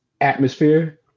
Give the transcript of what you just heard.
atmosphere